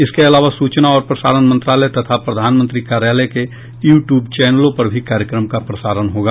इसके अलावा सूचना और प्रसारण मंत्रालय तथा प्रधानमंत्री कार्यालय के यू ट्यूब चैनलों पर भी कार्यक्रम का प्रसारण होगा